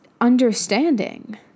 understanding